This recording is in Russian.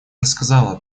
рассказала